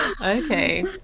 Okay